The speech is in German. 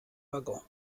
waggon